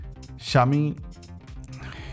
Shami